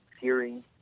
hearing